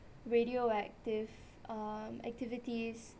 radioactive uh activities